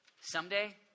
Someday